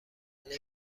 نمی